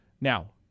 Now